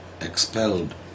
expelled